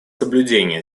соблюдения